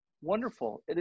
wonderful